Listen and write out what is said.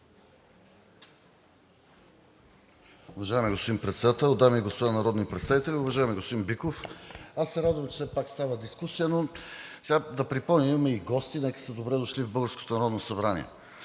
Уважаеми господин Председател, дами и господа народни представители! Уважаеми господин Биков, аз се радвам, че все пак става дискусия, но да припомня – имаме и гости, нека са добре дошли в българското Народно събрание!